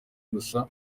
gusa